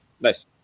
Nice